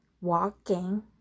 walking